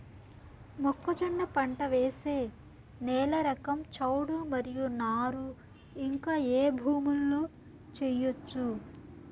మొక్కజొన్న పంట వేసే నేల రకం చౌడు మరియు నారు ఇంకా ఏ భూముల్లో చేయొచ్చు?